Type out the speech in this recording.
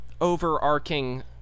overarching